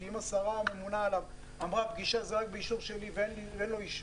כי השרה הממונה עליו אמרה שפגישה זה רק באישור שלה ואין לו אישור.